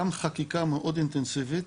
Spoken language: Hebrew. גם חקיקה מאוד אינטנסיבית,